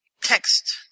text